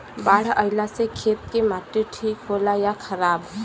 बाढ़ अईला से खेत के माटी ठीक होला या खराब?